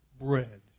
bread